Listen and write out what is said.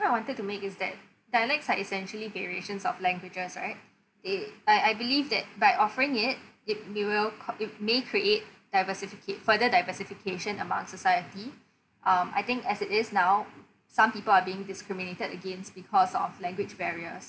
what I wanted to make is that dialects are essentially variations of languages right eh I I believe that by offering it it we will it may create diversifica~ further diversification among society um I think as it is now some people are being discriminated against because of language barriers